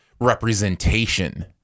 representation